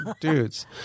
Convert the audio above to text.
dudes